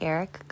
Eric